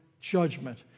judgment